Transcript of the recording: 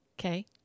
okay